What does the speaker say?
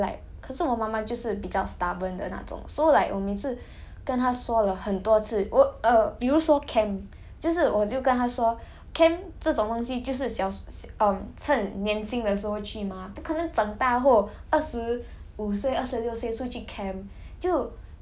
no 我有我有我有和我妈妈说过 like 可是我妈妈就是比较 stubborn 的那种 so like 我每次跟她说了很多次我 err 比如说 camp 就是我就跟他说 camp 这种东西就是小时 um 趁年轻的时候去 mah 不可能长大后二十